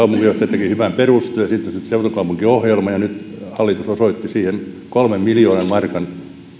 teki hyvän perustyön siitä syntyi seutukaupunkiohjelma ja nyt hallitus osoitti siihen kolmen miljoonan markan aloitusrahan